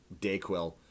DayQuil